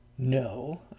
No